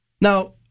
Now